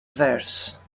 verse